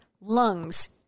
lungs